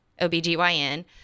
OBGYN